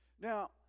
Now